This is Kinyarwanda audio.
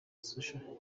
social